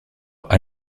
han